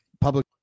public